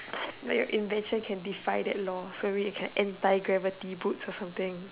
like your invention can defy that law so maybe you can anti gravity boots or something